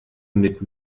mit